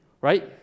right